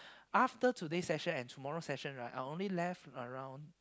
after today session and tomorrow session right I only left around